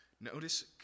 notice